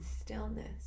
stillness